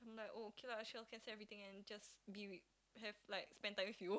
oh okay lah I shall cancel everything and just be with have like spend time with you